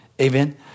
Amen